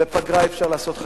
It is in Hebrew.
בפגרה אי-אפשר לעשות חקיקה,